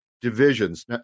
divisions